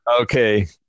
Okay